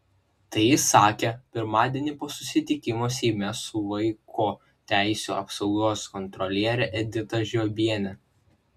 tai jis sakė pirmadienį po susitikimo seime su vaiko teisių apsaugos kontroliere edita žiobiene